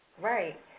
Right